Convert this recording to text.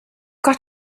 got